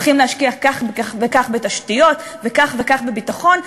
הולכים להשקיע כך וכך בתשתיות וכך וכך בביטחון.